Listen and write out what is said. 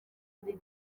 muri